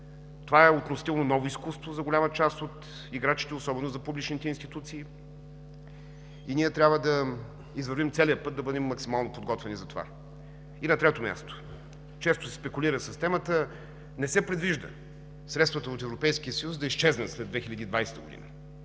Това е относително ново изкуство за голяма част от играчите, особено за публичните институции, и ние трябва да извървим целия път, да бъдем максимално подготвени за това. На трето място, често се спекулира с темата – не се предвижда средствата от Европейския съюз да изчезнат след 2020 г.